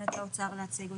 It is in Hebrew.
לאוצר.